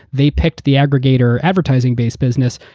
they picked the aggregator advertising-based business.